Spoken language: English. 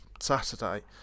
Saturday